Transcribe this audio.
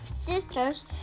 sisters